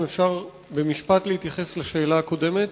אם אפשר במשפט להתייחס לשאלה הקודמת.